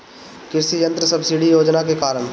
कृषि यंत्र सब्सिडी योजना के कारण?